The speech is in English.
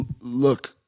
look